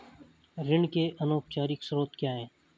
ऋण के अनौपचारिक स्रोत क्या हैं?